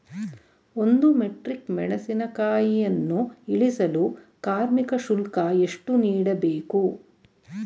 ಒಂದು ಮೆಟ್ರಿಕ್ ಮೆಣಸಿನಕಾಯಿಯನ್ನು ಇಳಿಸಲು ಕಾರ್ಮಿಕ ಶುಲ್ಕ ಎಷ್ಟು ನೀಡಬೇಕು?